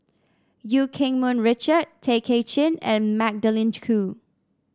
Eu Keng Mun Richard Tay Kay Chin and Magdalene Khoo